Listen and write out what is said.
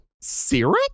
syrup